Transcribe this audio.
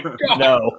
No